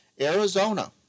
Arizona